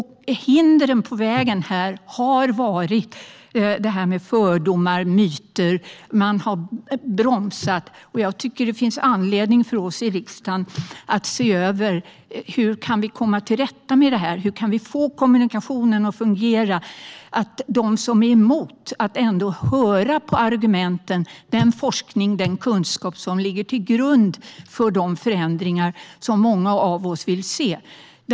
Hindren på vägen har varit fördomar och myter som har bromsat. Det finns anledning för oss i riksdagen att se över hur det går att komma till rätta med kommunikationen så att de som är emot ändå kan höra på argumenten, forskningen och kunskapen som ligger till grund för de förändringar som många av oss vill se.